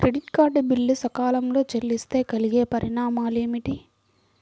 Credit card bill సకాలంలో చెల్లిస్తే కలిగే పరిణామాలేమిటి?